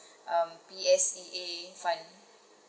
um P_S_E_A fund